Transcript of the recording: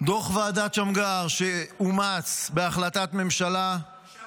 דוח ועדת שמגר, שאומץ בהחלטת ממשלה --- מה